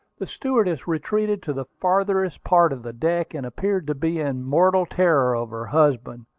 the stewardess retreated to the farthest part of the deck, and appeared to be in mortal terror of her husband.